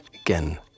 again